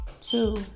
Two